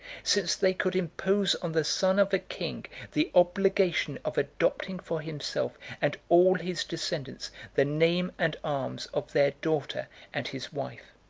since they could impose on the son of a king the obligation of adopting for himself and all his descendants the name and arms of their daughter and his wife.